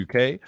UK